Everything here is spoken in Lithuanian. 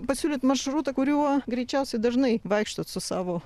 pasiūlėt maršrutą kuriuo greičiausiai dažnai vaikštot su savo